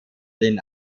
den